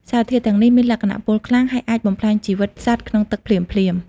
សារធាតុទាំងនេះមានលក្ខណៈពុលខ្លាំង ហើយអាចបំផ្លាញជីវិតសត្វក្នុងទឹកភ្លាមៗ។